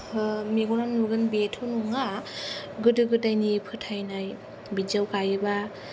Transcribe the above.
मेगना नुगोन बेथ' नङा गोदो गोदायनि फोथायनाय बिदियाव गायोबा